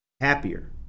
happier